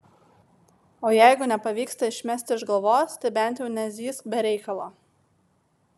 o jeigu nepavyksta išmesti iš galvos tai bent jau nezyzk be reikalo